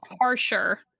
harsher